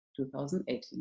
2018